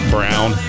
Brown